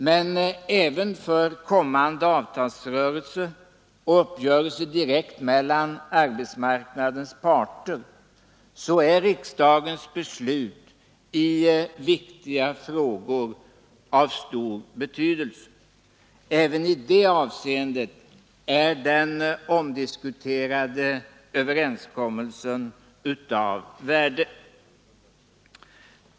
Men även för kommande avtalsrörelse och uppgörelse direkt mellan arbetsmarknadens parter är riksdagens beslut i viktiga frågor av stor betydelse. Även i det avseendet är den omdiskuterade överenskommelsen av värde.